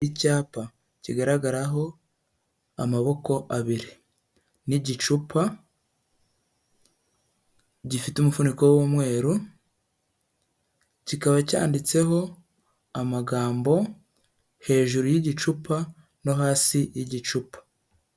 Icyapa kigaragaraho amaboko abiri n'igicupa gifite umufuniko w'umweru, kikaba cyanditseho amagambo hejuru y'igicupa no hasi y'igicupa.